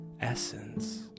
essence